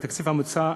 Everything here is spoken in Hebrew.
בתקציב המוצע,